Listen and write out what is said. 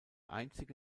einzige